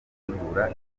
gutegura